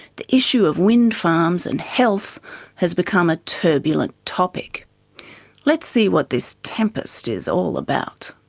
the issue of windfarms and health has become a turbulent topic let's see what this tempest is all about.